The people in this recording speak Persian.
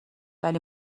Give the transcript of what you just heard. ولی